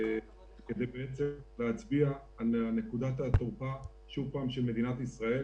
כי זה בעצם להצביע על נקודת התורפה של מדינת ישראל,